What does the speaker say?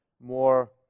more